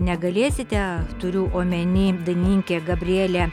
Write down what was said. negalėsite turiu omeny dainininkę gabrielę